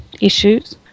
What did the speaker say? issues